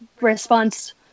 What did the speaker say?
response